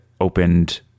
opened